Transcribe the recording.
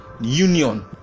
union